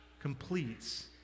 completes